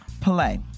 play